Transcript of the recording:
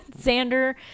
Xander